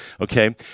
okay